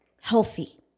healthy